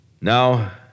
Now